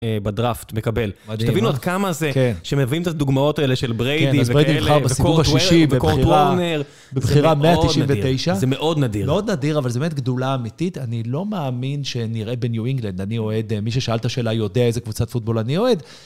בדראפט, מקבל. מדהים. שתבינו עד כמה זה שמביאים את הדוגמאות האלה של בריידי וכאלה. כן, אז בריידי נמכר בסיבוב השישי בבחירה. וקורט וולנר. בבחירה 199. זה מאוד נדיר. מאוד נדיר, אבל זו באמת גדולה אמיתית. אני לא מאמין שנראה בניו אינגלנד. אני אוהד, מי ששאל את השאלה יודע איזה קבוצת פוטבול אני אוהד.